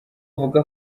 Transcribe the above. avuga